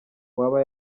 uwaba